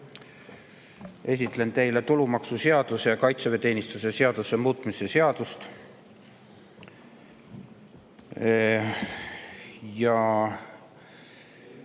Esitlen teile tulumaksuseaduse ja kaitseväeteenistuse seaduse muutmise seaduse [ning